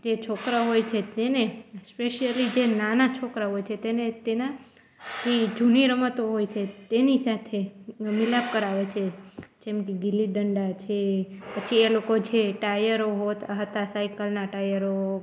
જે છોકરાં હોય છે તેને સ્પેશિયલી જે નાનાં છોકરાઓ છે તેને તેનાં જે જૂની રમતો હોય છે તેની સાથે મિલાપ કરાવે છે જેમ કે ગિલ્લી દંડા છે પછી એ લોકો જે ટાયરો હતાં સાઇકલનાં ટાયરો